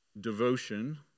devotion